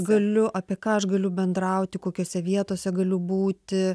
galiu apie ką aš galiu bendrauti kokiose vietose galiu būti